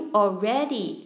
already